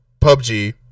PUBG